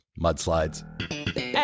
mudslides